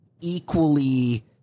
equally